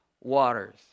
waters